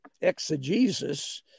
exegesis